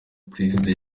perezida